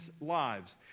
lives